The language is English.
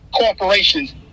corporations